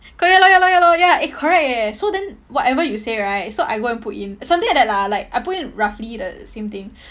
ya lor ya lor ya lor eh correct eh so then whatever you say right so I go and put in something like that lah like I put in roughly the same thing